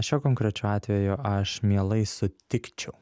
šiuo konkrečiu atveju aš mielai sutikčiau